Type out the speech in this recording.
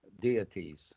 deities